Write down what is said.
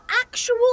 actual